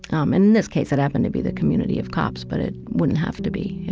um and in this case it happened to be the community of cops, but it wouldn't have to be,